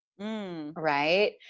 Right